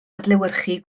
adlewyrchu